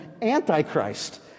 antichrist